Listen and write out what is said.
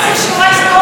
כן, בהחלט.